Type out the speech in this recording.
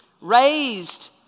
Raised